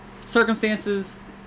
circumstances